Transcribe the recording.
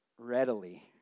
readily